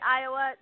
Iowa